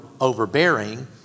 overbearing